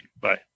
Bye